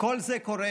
כל זה קורה